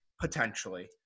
Potentially